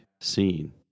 seen